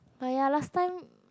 but ya last time